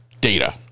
data